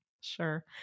Sure